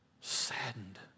saddened